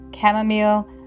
chamomile